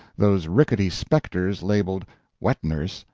those rickety specters labeled wet-nurse,